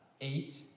Eight